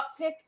uptick